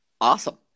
awesome